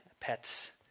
Pets